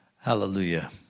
Hallelujah